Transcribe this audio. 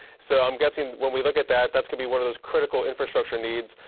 so, i'm guessing when we look at that, that's gonna be one of those critical infrastructure needs,